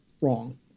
wrong